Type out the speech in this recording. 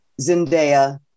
Zendaya